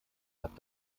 hat